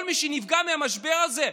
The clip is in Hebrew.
כל מי שנפגע מהמשבר הזה?